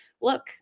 look